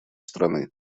страны